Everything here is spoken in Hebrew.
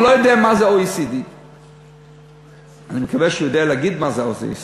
הוא לא יודע מה זה OECD. אני מקווה שהוא יודע להגיד מה זה ה-OECD.